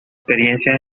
experiencias